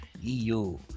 EU